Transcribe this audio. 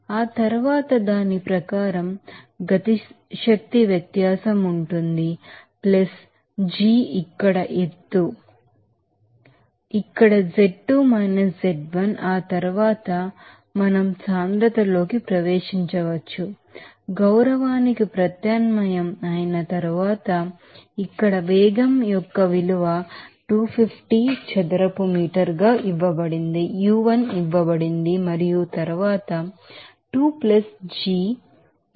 ఆ తర్వాత దాని ప్రకారం కైనెటిక్ ఎనెర్జి డిఫరెన్స్ ఉంటుంది g ఇక్కడ ఎత్తు ఎత్తు ఇక్కడ z2 - z1 ఆ తర్వాత మనం డెన్సిటీకి ప్రవేశించవచ్చు తరువాత ఇక్కడ వేగం యొక్క విలువ 250 చదరపు U1 ఇవ్వబడింది మరియు తరువాత 2 g 9